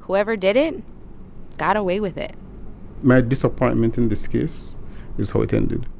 whoever did it got away with it my disappointment in this case is how it ended.